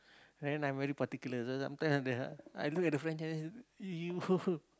I'm very particular so sometimes I look at the cook you